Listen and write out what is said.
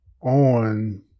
on